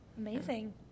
Amazing